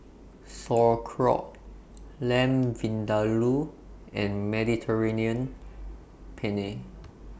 Sauerkraut Lamb Vindaloo and Mediterranean Penne